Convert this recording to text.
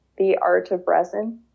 theartofresin